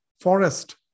forest